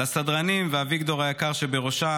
לסדרנים ואביגדור היקר שבראשם,